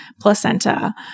placenta